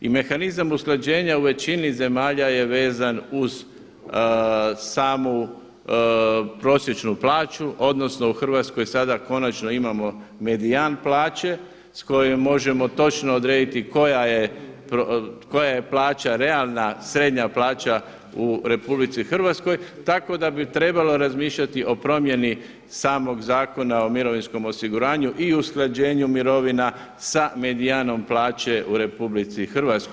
I mehanizam usklađenja u većini zemalja je vezan uz samu prosječnu plaću, odnosno u Hrvatskoj sada konačno imamo medijan plaće s kojom možemo točno odrediti koja je plaća realna, srednja plaća u RH tako da bi trebalo razmišljati o promjeni samog Zakona o mirovinskom osiguranju i o usklađenju mirovina sa medijanom plaće u RH.